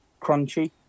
crunchy